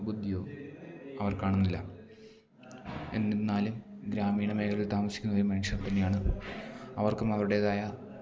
ബുദ്ധിയോ അവർ കാണുന്നില്ല എന്നിരുന്നാലും ഗ്രാമീണ മേഖലയിൽ താമസിക്കുന്നവരും മനുഷ്യർ തന്നെയാണ് അവർക്കും അവരുടേതായ